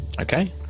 okay